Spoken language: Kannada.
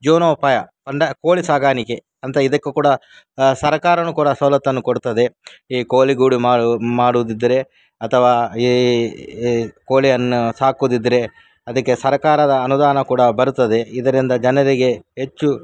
ಜೀವನ ಉಪಾಯ ಕೋಳಿ ಸಾಗಾಣಿಕೆ ಅಂತ ಇದಕ್ಕೂ ಕೂಡ ಸರಕಾರವೂ ಕೂಡ ಸವಲತ್ತನ್ನು ಕೊಡ್ತದೆ ಈ ಕೋಳಿಗೂಡು ಮಾಡುವುದಿದ್ದರೆ ಅಥವಾ ಈ ಕೋಳಿಯನ್ನು ಸಾಕುವುದಿದ್ದರೆ ಅದಕ್ಕೆ ಸರಕಾರದ ಅನುದಾನ ಕೂಡ ಬರುತ್ತದೆ ಇದರಿಂದ ಜನರಿಗೆ ಹೆಚ್ಚು